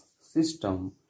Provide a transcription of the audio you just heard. system